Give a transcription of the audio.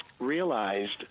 Realized